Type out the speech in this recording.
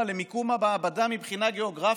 יש משמעות למיקום המעבדה מבחינה גיאוגרפית,